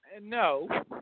no